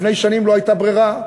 לפני שנים לא הייתה ברירה,